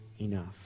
enough